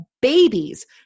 babies